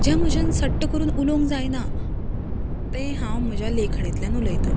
जें म्हज्यान सट्ट करून उलोंग जायना तें हांव म्हज्या लेखणेतल्यान उलयतां